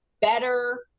better